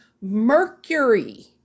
mercury